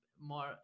more